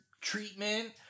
treatment